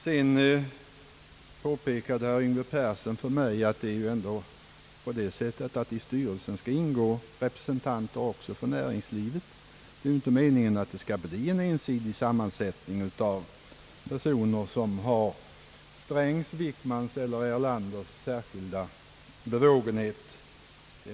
Herr Yngve Persson påpekade för mig att i styrelsen för banken skall ingå också representanter för näringslivet. Det är inte meningen att det skall bli en ensidig sammansättning i styrelsen av personer som har herrar Strängs, Wickmans eller Erlanders särskilda bevågenhet.